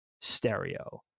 stereo